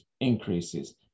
increases